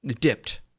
dipped